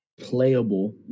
playable